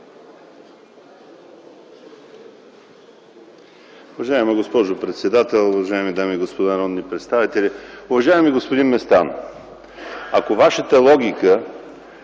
Уважаема госпожо председател, уважаеми дами и господа народни представители! Уважаеми господин Местан, ако Вашата логика